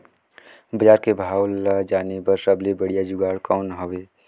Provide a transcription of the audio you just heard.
बजार के भाव ला जाने बार सबले बढ़िया जुगाड़ कौन हवय?